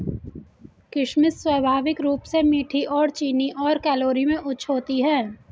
किशमिश स्वाभाविक रूप से मीठी और चीनी और कैलोरी में उच्च होती है